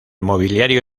mobiliario